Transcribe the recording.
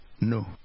no